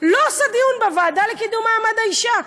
לא עושה דיון בוועדה לקידום מעמד האישה?